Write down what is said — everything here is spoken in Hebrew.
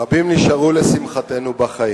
רבים נשארו לשמחתנו בחיים,